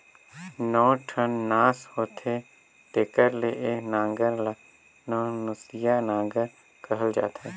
नौ ठन नास होथे तेकर ले ए नांगर ल नवनसिया नागर कहल जाथे